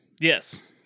Yes